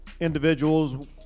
individuals